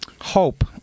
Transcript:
hope